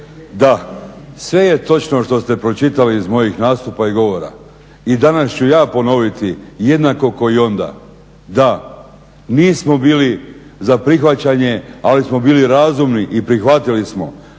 Da, sve je točno što ste pročitali iz mojih nastupa i govora. I danas ću ja ponoviti jednako kao i onda. Da, nismo bili za prihvaćanje ali smo bili razumni i prihvatili smo